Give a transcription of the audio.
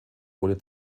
wurde